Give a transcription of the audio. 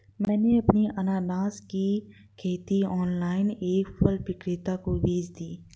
मैंने अपनी अनन्नास की खेती ऑनलाइन एक फल विक्रेता को बेच दी